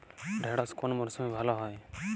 ঢেঁড়শ কোন মরশুমে ভালো হয়?